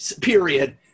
period